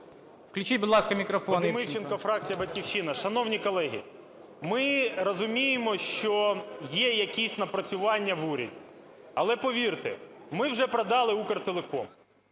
Включіть, будь ласка, мікрофон